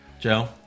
Joe